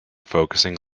focusing